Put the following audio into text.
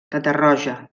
catarroja